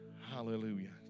Hallelujah